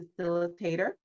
facilitator